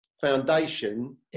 foundation